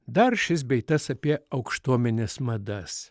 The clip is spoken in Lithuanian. dar šis bei tas apie aukštuomenės madas